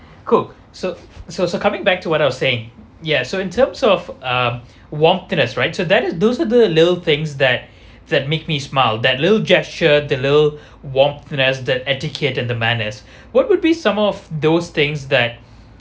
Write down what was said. cool so so so coming back to what I was saying yeah so in terms of um warmthness right so that is those are the little things that that make me smile that little gesture the little warmthness that etiquette and the manners what would be some of those things that